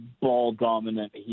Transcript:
ball-dominant